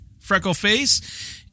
freckleface